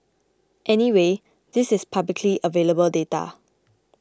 anyway this is publicly available data